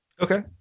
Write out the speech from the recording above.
okay